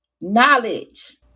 knowledge